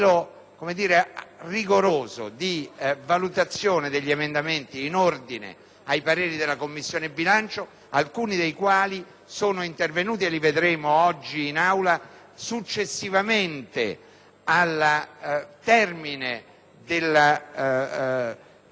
profilo rigoroso di valutazione degli emendamenti in ordine ai pareri espressi dalla Commissione bilancio, alcuni dei quali sono intervenuti - li esamineremo oggi in Aula - successivamente al termine dei